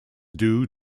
due